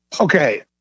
Okay